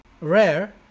rare